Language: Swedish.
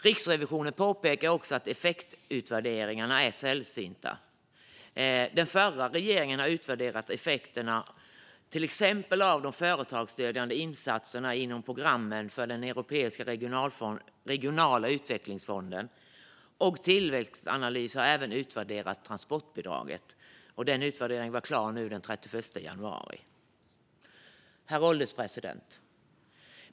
Riksrevisionen påpekar också att effektutvärderingar är sällsynta. Den förra regeringen har utvärderat effekterna av till exempel de företagsstödjande insatserna inom programmen för Europeiska regionala utvecklingsfonden, och Tillväxtanalys har även utvärderat transportbidraget. Utvärderingen var klar den 31 januari. Herr ålderspresident!